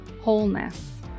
wholeness